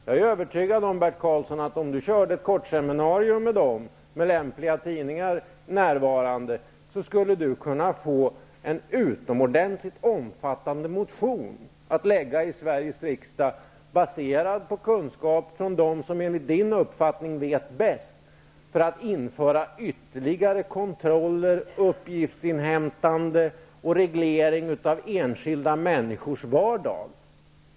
Jag är övertygad om att ifall Bert Karlsson körde ett kort seminarium med dem och med lämpliga tidningar närvarande, så skulle han få en utomordentligt omfattande motion att föra fram i Sveriges riksdag. Den skulle då vara baserad på kunskap från dem som enligt Bert Karlssons uppfattning vet bäst. Det skulle gå ut på att införa ytterligare kontroller, uppgiftsinhämtande och reglering av enskilda människors vardag.